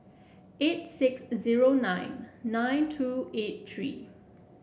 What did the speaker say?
eight six zero nine nine two eight three